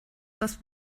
das